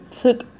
took